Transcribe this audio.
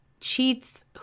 cheats